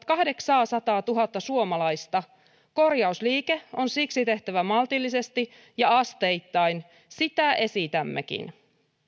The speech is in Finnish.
kahdeksaasataatuhatta suomalaista korjausliike on siksi tehtävä maltillisesti ja asteittain sitä esitämmekin